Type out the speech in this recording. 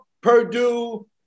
Purdue